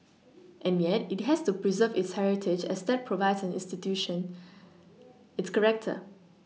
and yet it has to pReserve its heritage as that provides an institution its character